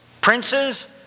princes